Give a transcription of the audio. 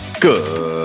Good